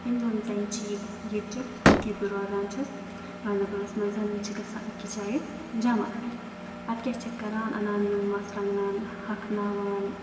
یِم زَن زَنہِ چھِ ییٚتہِ ییٚتچہِ ییٚتہِ بہٕ روزان چھَس گاندَربَلَس منٛز یِم چھِ گژھان أکِس جایہِ جَمع پَتہٕ کیٛاہ چھِ کَران اَنان یِم مرژٕوانٛگَن اَنان ہۄکھناوان